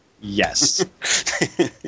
Yes